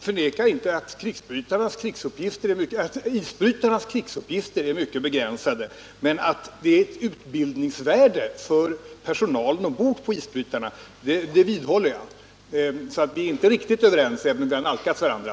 Herr talman! Jag förnekar inte att isbrytarnas krigsuppgifter är mycket begränsade. Men att tjänstgöringen har ett utbildningsvärde för personalen vidhåller jag. Vi är inte riktigt överens, även om vi har nalkats varandra.